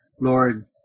Lord